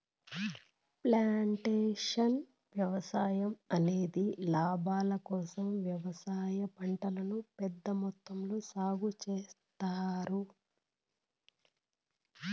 plantation వ్యవసాయం అనేది లాభాల కోసం వ్యవసాయ పంటలను పెద్ద మొత్తంలో సాగు చేత్తారు